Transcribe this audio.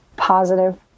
Positive